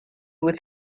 with